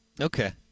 Okay